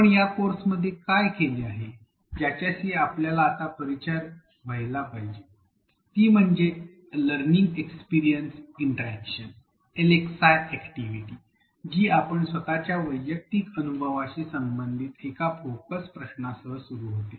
आपण या कोर्समध्ये काय केले आहे ज्याच्याशी आपल्याला आता परिचित व्हायला पाहिजे ती म्हणजे learning experience interaction LxI activity जी आपल्या स्वत च्या वैयक्तिक अनुभवाशी संबंधित एका फोकस प्रश्नासह सुरू होते